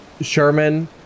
Sherman